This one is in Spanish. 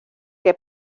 que